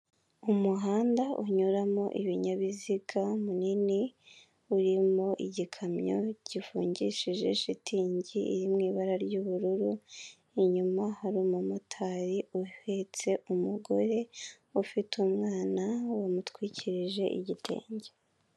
Umuhanda unyuramo ibinyabiziga munini ,uririmo igikamyo gifungishije shitingi iri mu ibara ry'ubururu, inyuma hari umumotari uhetse umugore, ufite umwana wamutwikirije igitenge.